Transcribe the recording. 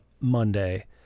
Monday